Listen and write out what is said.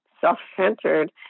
self-centered